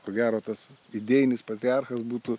ko gero tas idėjinis patriarchas būtų